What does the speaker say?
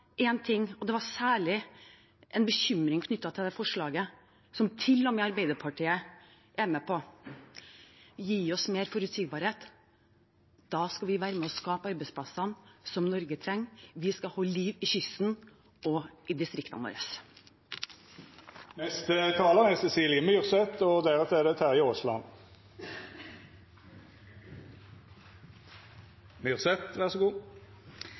en bekymring knyttet til dette forslaget, som til og med Arbeiderpartiet er med på: Gi oss mer forutsigbarhet, da skal vi være med og skape arbeidsplassene som Norge trenger, vi skal holde liv i kysten og i distriktene våre. Jeg føler at det er behov for å tydeliggjøre litt det som faktisk ligger i denne saken. Da må jeg først si at jeg ennå er